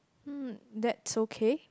hmm that's okay